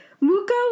Muko